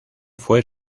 fue